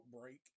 Break